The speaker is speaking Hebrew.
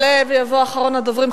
יעלה ויבוא אחרון הדוברים,